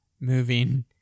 moving